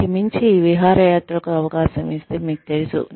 దీనికి మించి విహారయాత్రకు అవకాశం ఇస్తే మీకు తెలుసు